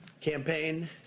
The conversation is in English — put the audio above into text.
campaign